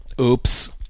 Oops